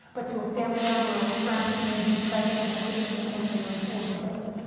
but to a family member or a friend who may be present and witness an opioid overdose.